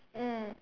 mm